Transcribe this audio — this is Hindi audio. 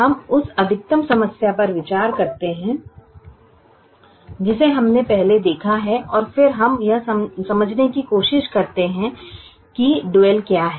हम उस अधिकतम समस्या पर विचार करते हैं जिसे हमने पहले देखा है और फिर हम यह समझने की कोशिश करते हैं कि डुअल क्या है